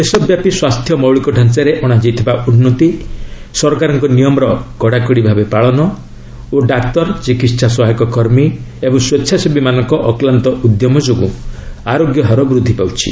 ଦେଶବ୍ୟାପୀ ସ୍ୱାସ୍ଥ୍ୟ ମୌଳିକ ଢାଞ୍ଚାରେ ଅଣାଯାଇଥିବା ଉନ୍ନତି ସରକାରଙ୍କ ନିୟମର କଡ଼ାକଡ଼ି ପାଳନ ଓ ଡାକ୍ତର ଚିକିତ୍ସା ସହାୟକ କର୍ମୀ ଏବଂ ସ୍ପେଚ୍ଛାସେବୀମାନଙ୍କ ଅକ୍ଲାନ୍ତ ଉଦ୍ୟମ ଯୋଗୁଁ ଆରୋଗ୍ୟ ହାର ବୃଦ୍ଧି ପାଉଛି